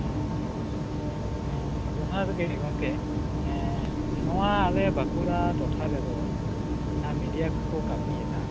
ᱚᱸᱻ ᱮᱸ ᱡᱚᱦᱟᱨ ᱜᱮ ᱜᱚᱝᱠᱮ ᱮᱸ ᱱᱚᱣᱟ ᱟᱞᱮ ᱵᱟᱸᱠᱩᱲᱟ ᱴᱚᱴᱷᱟ ᱨᱮᱫᱚ ᱡᱟᱦᱟᱸ ᱢᱤᱰᱤᱭᱟ ᱠᱚᱠᱚ ᱠᱟᱹᱢᱤᱭᱮᱫᱟ